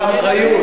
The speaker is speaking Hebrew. באחריות?